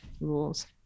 rules